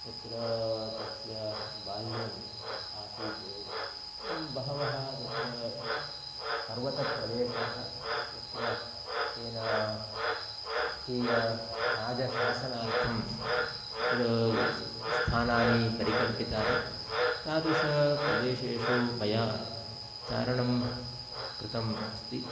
यत्र तस्य बाल्यम् आसीत् एवं बहवः तत्र पर्वतप्रदेशाः यत्र तेन स्वकीय राजशासनार्थं तत्र स्थानानि परिकल्पितानि तादृशप्रदेशेषु मया चारणं कृतम् अस्ति